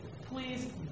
please